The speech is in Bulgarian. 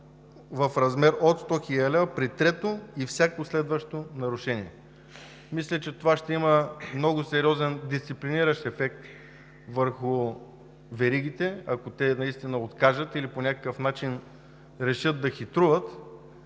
в размер от 100 000 лв. при трето и всяко следващо нарушение." Мисля, че това ще има много сериозен дисциплиниращ ефект върху веригите, ако те наистина откажат или по някакъв начин решат да хитруват,